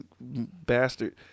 bastard